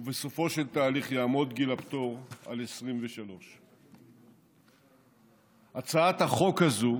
ובסופו של התהליך יעמוד גיל הפטור על 23. הצעת החוק הזו